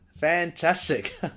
fantastic